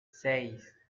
seis